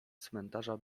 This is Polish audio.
cmentarza